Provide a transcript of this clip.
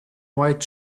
white